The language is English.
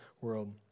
world